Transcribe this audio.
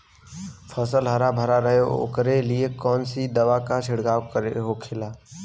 फसल हरा भरा रहे वोकरे लिए कौन सी दवा का छिड़काव होखेला?